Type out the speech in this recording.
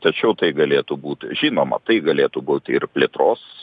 tačiau tai galėtų būt žinoma tai galėtų būt ir plėtros